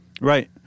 Right